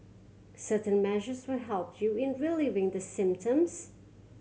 certain measures will help you in relieving the symptoms